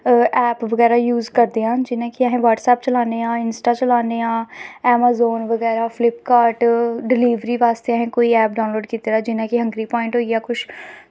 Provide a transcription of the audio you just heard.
app बगैरा use करदे आं जि'यां अस ब्हटसैप चलांदे आं इंस्टा चलाने आं ऐमाज़ोन बगैरा फलिपकार्ड़ डलिवरी आस्तै असें कोई ऐप डाउनलोड़ कीते दा जि'यां ऐंग्री पवांईंट होई गेआ कुछ